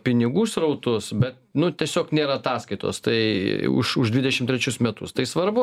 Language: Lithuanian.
pinigų srautus bet nu tiesiog nėra ataskaitos tai už už dvidešimt trečius metus tai svarbu